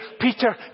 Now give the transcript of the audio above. Peter